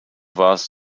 warst